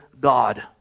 God